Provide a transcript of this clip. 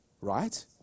right